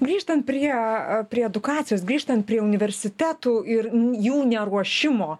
grįžtan prie prie edukacijos grįžtant prie universitetų ir jų neruošimo